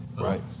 Right